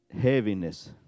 heaviness